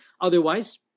Otherwise